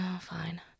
fine